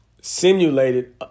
simulated